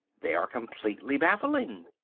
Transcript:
they are completely baffling.